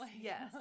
Yes